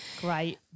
Great